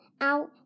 out